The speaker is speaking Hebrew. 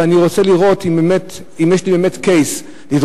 ואני רוצה לראות אם יש לי באמת case לדרוש,